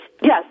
Yes